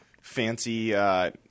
fancy